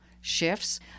shifts